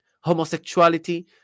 homosexuality